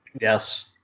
Yes